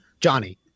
Johnny